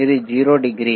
ఇది 0 డిగ్రీ